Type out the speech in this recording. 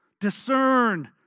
discern